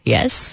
Yes